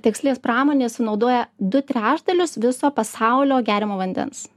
tekstilės pramonė sunaudoja du trečdalius viso pasaulio geriamo vandens